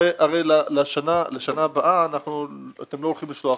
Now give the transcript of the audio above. הרי לשנה הבאה אתם לא הולכים לשלוח.